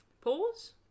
Pause